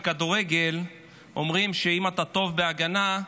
בכדורגל אומרים שאם אתה טוב בהגנה,